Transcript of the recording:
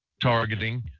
targeting